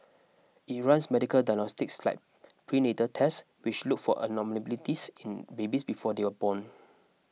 it runs medical diagnostics like prenatal tests which look for abnormalities in babies before they are born